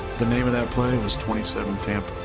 the name of that play was twenty seven tampa.